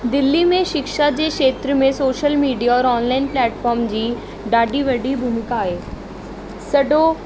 दिल्ली में शिक्षा जे खेत्र में सोशल मीडिया और ऑनलाइन प्लेटफोम जी डाढी वॾी भूमिका आहे सॼो